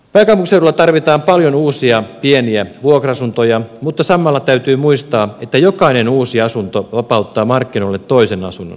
pääkaupunkiseudulla tarvitaan paljon uusia pieniä vuokra asuntoja mutta samalla täytyy muistaa että jokainen uusi asunto vapauttaa markkinoille toisen asunnon